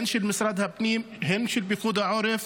הן משרד הפנים והן פיקוד העורף.